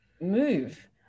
move